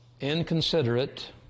inconsiderate